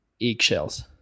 eggshells